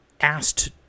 asked